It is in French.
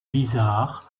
bizarres